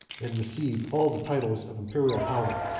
and received all the titles of imperial power,